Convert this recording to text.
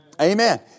Amen